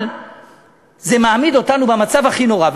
אבל זה מעמיד אותנו במצב הכי נורא,